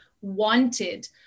wanted